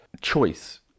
choice